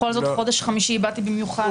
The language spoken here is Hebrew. בכל זאת, חודש חמישי ובאתי במיוחד.